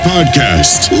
Podcast